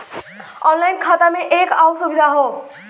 online खाता में एक आउर सुविधा हौ